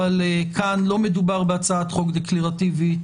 אבל כאן לא מדובר בהצעת חוק דקלרטיבית,